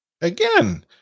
again